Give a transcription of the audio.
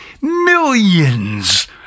millions